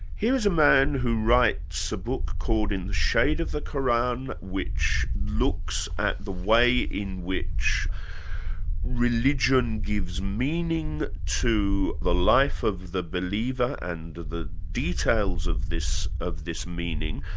here is a man who writes a book called in shade of the qur'an which looks at the way in which religion gives meaning to the life of the believer and the details of this of this meaning.